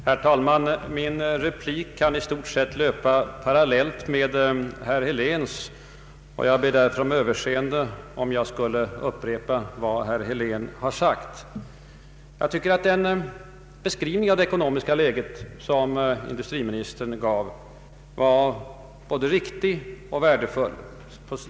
Herr talman! Min replik kan i stort sett löpa parallellt med herr Heléns, och jag ber därmed om överseende om jag skulle upprepa vad herr Helén redan har sagt. Jag tycker att den beskrivning av det ekonomiska läget som industriministern gav var både riktig och värdefull.